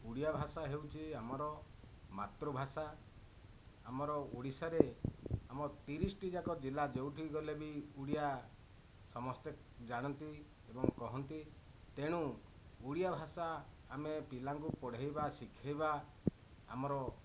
ଓଡ଼ିଆ ଭାଷା ହେଉଛି ଆମର ମାତୃଭାଷା ଆମର ଓଡ଼ିଶାରେ ଆମ ତିରିଶିଟି ଯାକ ଜିଲ୍ଲା ଯେଉଁଠିକି ଗଲେ ବି ଓଡ଼ିଆ ସମସ୍ତେ ଜାଣନ୍ତି ଏବଂ କହନ୍ତି ତେଣୁ ଓଡ଼ିଆ ଭାଷା ଆମେ ପିଲାଙ୍କୁ ପଢ଼ାଇବା ଶିଖାଇବା ଆମର